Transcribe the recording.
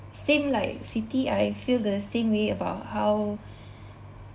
same like siti I feel the same way about how